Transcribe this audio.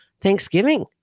Thanksgiving